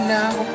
now